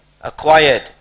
acquired